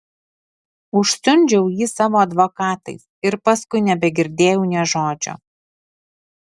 užsiundžiau jį savo advokatais ir paskui nebegirdėjau nė žodžio